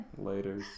Later